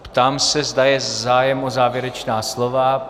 Ptám se, zda je zájem o závěrečná slova.